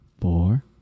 four